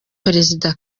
perezida